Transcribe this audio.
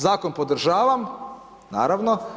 Zakon podržavam naravno.